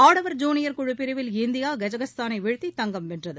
ஆடவர் ஜுனியர் குழுப் பிரிவில் இந்தியா கஜகஸ்தானை வீழ்த்தி தங்கம் வென்றது